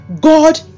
god